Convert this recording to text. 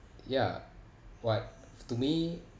ya what to me